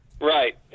Right